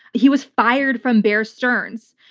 he was fired from bear stearns.